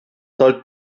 sollten